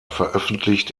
veröffentlicht